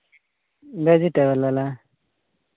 vegetable ᱵᱟᱞᱟ